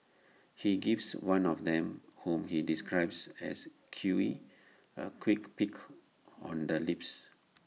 he gives one of them whom he describes as queer A quick peck on the lips